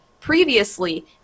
previously